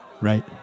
Right